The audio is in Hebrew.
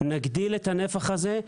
נגדיל את הנפח הזה,